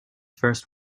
first